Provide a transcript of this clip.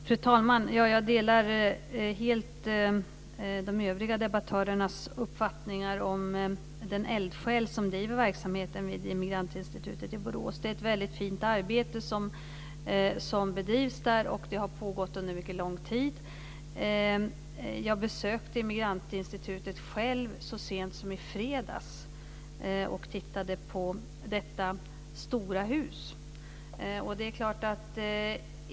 Fru talman! Jag delar helt de övriga debattörernas uppfattningar om den eldsjäl som driver verksamheten vid Immigrantinstitutet i Borås. Det är ett väldigt fint arbete som bedrivs där, och det har pågått under mycket lång tid. Jag besökte Immigrantinstitutet själv så sent som i fredags och tittade på detta stora hus.